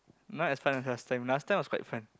not as fun as last time last time was quite fun